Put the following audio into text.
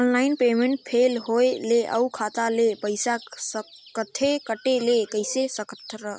Online payment fail होय ले अउ खाता ले पईसा सकथे कटे ले कइसे करथव?